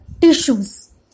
Tissues